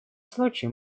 случай